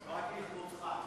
רק לכבודך.